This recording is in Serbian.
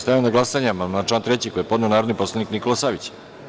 Stavljam na glasanje amandman na član 3. koji je podneo narodni poslanik Nikola Savić.